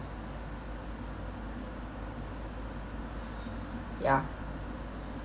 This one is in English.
ya